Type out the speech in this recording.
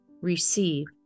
receive